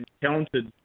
talented